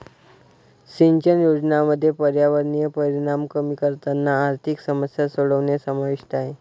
सिंचन योजनांमध्ये पर्यावरणीय परिणाम कमी करताना आर्थिक समस्या सोडवणे समाविष्ट आहे